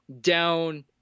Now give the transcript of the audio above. down